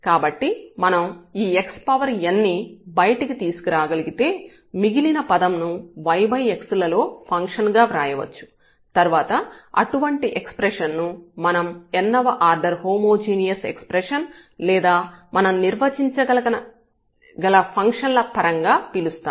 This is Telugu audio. కాబట్టి మనం ఈ xn ని బయటకు తీసుకురాగలిగితే మిగిలిన పదం ను yx లలో ఫంక్షన్ గా వ్రాయవచ్చు తర్వాత అటువంటి ఎక్స్ప్రెషన్ ను మనం n వ ఆర్డర్ హోమోజీనియస్ ఎక్స్ప్రెషన్ లేదా మనం నిర్వచించగల ఫంక్షన్ ల పరంగా పిలుస్తాము